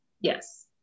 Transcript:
yes